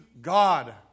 God